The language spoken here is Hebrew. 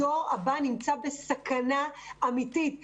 הדור הבא נמצא בסכנה אמיתית.